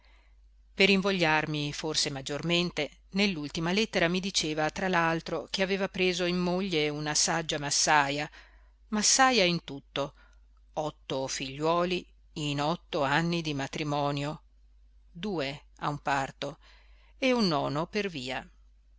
per invogliarmi forse maggiormente nell'ultima lettera mi diceva tra l'altro che aveva preso in moglie una saggia massaja massaja in tutto otto figliuoli in otto anni di matrimonio due a un parto e un nono per via